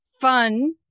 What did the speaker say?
Fun